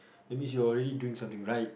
that's means you're already doing something right